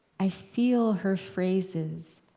i feel her phrases,